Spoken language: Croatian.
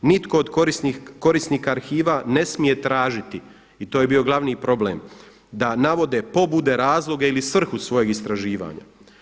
Nitko od korisnika arhiva ne smije tražiti i to je bio glavni problem, da navode pobude, razloge ili svrhu svojeg istraživanja.